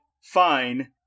fine